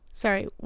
sorry